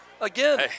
Again